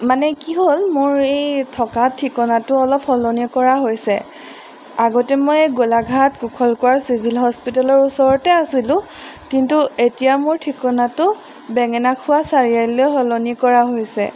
মানে কি হ'ল মোৰ এই থকা ঠিকনাটো অলপ সলনি কৰা হৈছে আগতে মই গোলাঘাট কুশল কোঁৱৰ চিভিল হস্পিটেলৰ ওচৰতে আছিলোঁ কিন্তু এতিয়া মোৰ ঠিকনাটো বেঙেনা খোৱা চাৰিআলিলৈ সলনি কৰা হৈছে